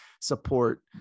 support